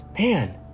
Man